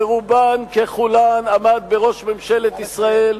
שברובן ככולן עמד בראש ממשלת ישראל,